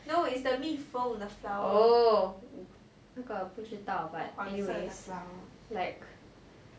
no it's the 蜜蜂 the flower 我不知道 the 黄色 flower